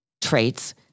traits